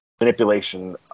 manipulation